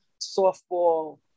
softball